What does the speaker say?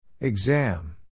Exam